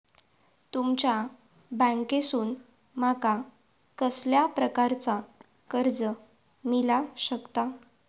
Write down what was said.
तुमच्या बँकेसून माका कसल्या प्रकारचा कर्ज मिला शकता?